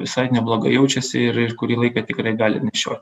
visai neblogai jaučiasi ir ir kurį laiką tikrai gali nešioti